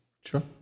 Sure